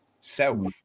self